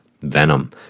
Venom